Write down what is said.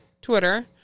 Twitter